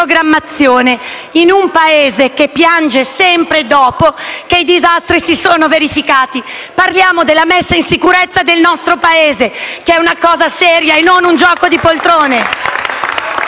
programmazione, in un Paese che piange sempre dopo che i disastri si sono verificati. Parliamo della messa in sicurezza del nostro Paese, che è una cosa seria e non un gioco di poltrone.